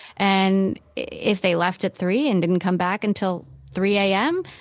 and if they left at three and didn't come back until three a m,